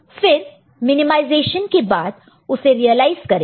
फिर मिनिमाइजेशन के बाद उसे रियलाइज करेंगे